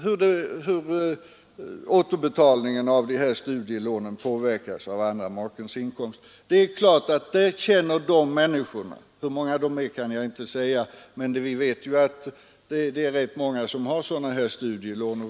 Hur många det rör sig om kan jag inte säga, men vi vet att det är ett betydande antal som har sådana här studielån.